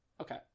Okay